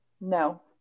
No